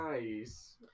nice